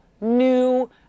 new